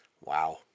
Wow